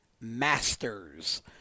masters